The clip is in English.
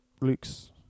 Luke's